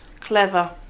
Clever